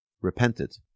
repented